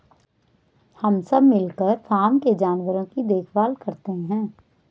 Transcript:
हम सब मिलकर फॉर्म के जानवरों की देखभाल करते हैं